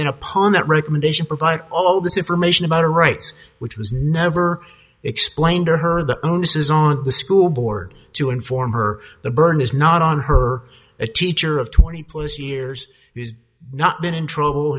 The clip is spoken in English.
then upon that recommendation provide all this information about her rights which was never explained to her the onus is on the school board to inform her the burn is not on her a teacher of twenty plus years has not been in trouble